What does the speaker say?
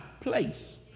place